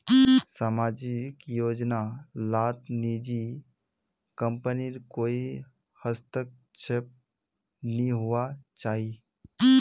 सामाजिक योजना लात निजी कम्पनीर कोए हस्तक्षेप नि होवा चाहि